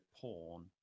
porn